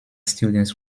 students